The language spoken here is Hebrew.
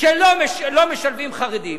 שלא משלבים חרדים,